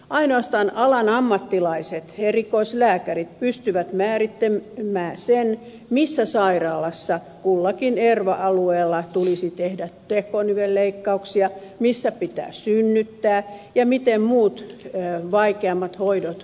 ainoastaan alan ammattilaiset erikoislääkärit pystyvät määrittelemään sen missä sairaalassa kullakin erva alueella tulisi tehdä tekonivelleikkauksia missä pitää synnyttää ja miten muut vaikeammat hoidot tulee keskittää